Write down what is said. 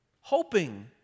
hoping